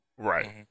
Right